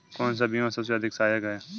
कौन सा बीमा सबसे अधिक सहायक है?